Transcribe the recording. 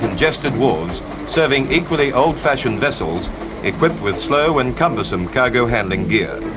congested wharves serving equally old-fashioned vessels equipped with slow and cumbersome cargo handling gear.